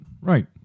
right